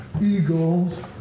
eagles